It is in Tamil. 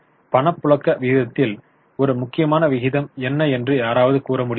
பணப்புழக்க விகிதத்தில் ஒரு முக்கியமான விகிதம் என்ன என்று யாராவது கூற முடியுமா